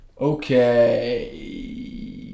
okay